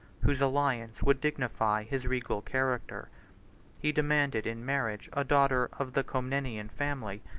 whose alliance would dignify his regal character he demanded in marriage a daughter of the comnenian family,